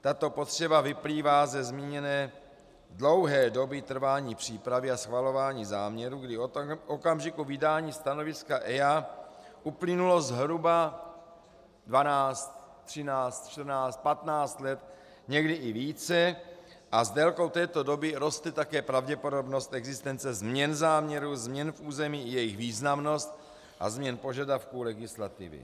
Tato potřeba vyplývá ze zmíněné dlouhé doby trvání přípravy a schvalování záměrů, kdy od okamžiku vydání stanoviska EIA uplynulo zhruba 12, 13, 14, 15 let, někdy i více, a s délkou této doby roste také pravděpodobnost existence změn záměru, změn v území i jejich významnost a změn požadavků legislativy.